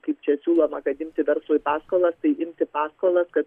kaip čia siūloma kad imti verslui paskolas tai imti paskolas kad